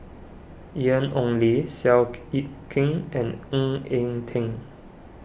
Ian Ong Li Seow Yit Kin and Ng Eng Teng